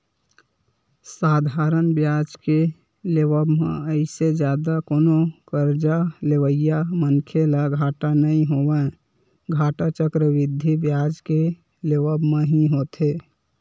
साधारन बियाज के लेवब म अइसे जादा कोनो करजा लेवइया मनखे ल घाटा नइ होवय, घाटा चक्रबृद्धि बियाज के लेवब म ही होथे